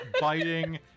biting